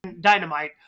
Dynamite